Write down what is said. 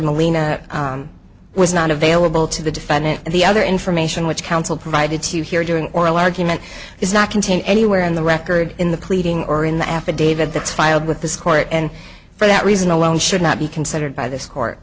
molina was not available to the defendant the other information which counsel provided to here during oral argument is not contained anywhere in the record in the pleading or in the affidavit that's filed with this court and for that reason alone should not be considered by this court